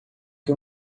que